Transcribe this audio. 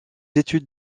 études